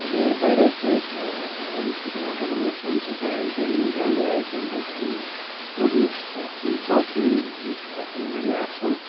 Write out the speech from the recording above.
تہٕ بیٚیہِ واریاہ چیٖز مطلب یِوان امہِ سۭتۍ یِوان کَرنہٕ مطلب سیُن چھِ ہٮ۪کان امہِ سۭتۍ رٔنِتھ جلدی ایز کَمپیڈ ٹُہ ہُمہِ وُڈٕ نِش تہٕ باقی یہِ چھُ اَصٕل واریاہ اَصٕل